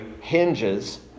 hinges